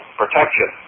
protection